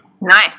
Nice